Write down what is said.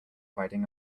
riding